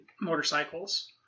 motorcycles